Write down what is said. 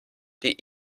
die